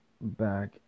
back